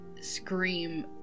scream